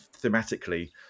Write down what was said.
thematically